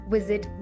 Visit